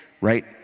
right